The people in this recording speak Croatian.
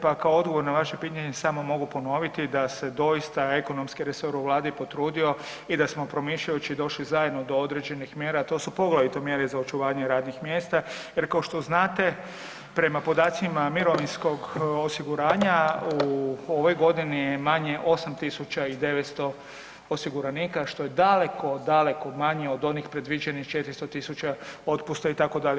Pa kao odgovor na vaše pitanje samo mogu ponoviti da se doista ekonomski resor u Vladi potrudio i da smo promišljajući došli zajedno do određenih mjera a to su poglavito mjere za očuvanje radnih mjesta jer kao što znate, prema podacima mirovinskog osiguranja, u ovoj godini je manje 8900 osiguranika što je daleko, daleko manje od onih predviđenih 400 000 otpusta itd.